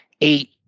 eight